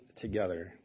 together